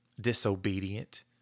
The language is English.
disobedient